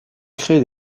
crée